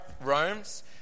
Rome's